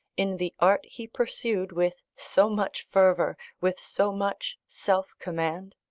in the art he pursued with so much fervour, with so much self-command?